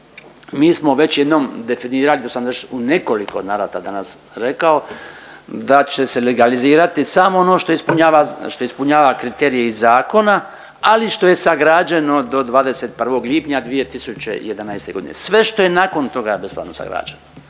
mi smo već jednom definirali, to vam već u nekoliko danas rekao, da će se legalizirati samo ono što ispunjava kriterije iz zakona, ali što je sagrađeno do 21. lipnja 2011. g. Sve što je nakon toga bespravno sagrađeno,